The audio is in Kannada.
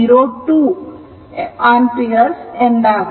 02 ampere ಎಂದಾಗುತ್ತದೆ